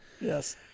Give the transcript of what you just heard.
Yes